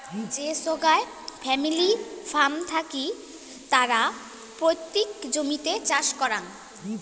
যে সোগায় family farm থাকি তারা পৈতৃক জমিতে চাষ করাং